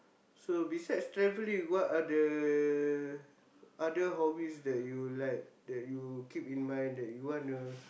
so besides travelling what are the other hobbies that you like that you keep in mind that you wanna